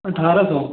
अठारह सौ